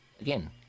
again